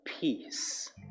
peace